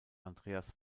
andreas